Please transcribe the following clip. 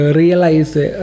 realize